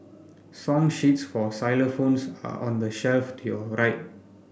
song sheets for xylophones are on the shelf to your right